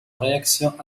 réactions